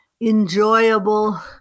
enjoyable